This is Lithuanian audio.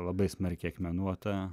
labai smarkiai akmenuota